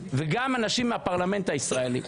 גם אנשים מהפרלמנט הישראלי.